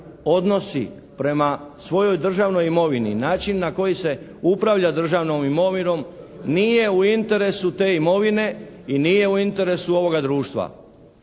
odnosi prema svojoj državnoj imovini i način na koji se upravlja državnom imovinom nije u interesu te imovine i nije u interesu ovoga društva.